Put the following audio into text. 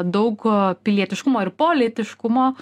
daug pilietiškumo ir politiškumo